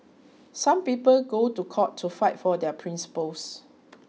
some people go to court to fight for their principles